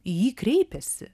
į jį kreipiasi